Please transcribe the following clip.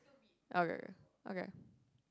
okay okay